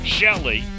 Shelly